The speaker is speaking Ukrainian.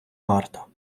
варто